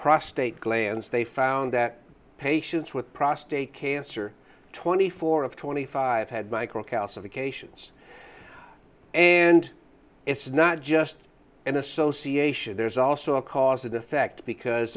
prostate gland stay found that patients with prostate cancer twenty four of twenty five had micro calcifications and it's not just an association there's also a cause and effect because